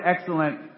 excellent